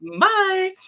Bye